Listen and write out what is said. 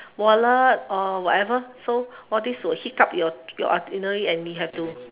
wallet or whatever so all these will hiccup your your itinerary and you have to